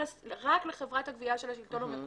התמצתה רק לחברת הגבייה של השלטון המקומי.